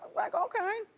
like okay.